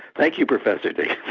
thank you, professor diggins'.